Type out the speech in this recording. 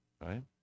right